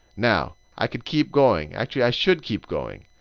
now, i could keep going. actually, i should keep going.